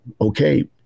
okay